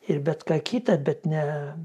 ir bet ką kitą bet ne